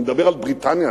אני מדבר על בריטניה,